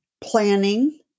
planning